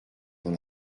dans